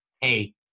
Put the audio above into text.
hey